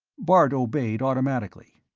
bart obeyed, automatically.